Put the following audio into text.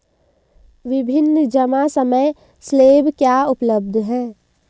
विभिन्न जमा समय स्लैब क्या उपलब्ध हैं?